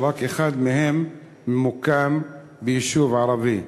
ורק אחד מהם ממוקם ביישוב ערבי,